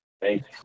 thanks